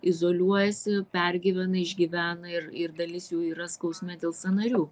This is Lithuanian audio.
izoliuojasi pergyvena išgyvena ir ir dalis jų yra skausme dėl sąnarių